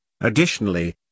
Additionally